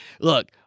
Look